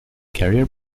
carrier